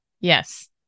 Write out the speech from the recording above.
Yes